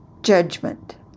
judgment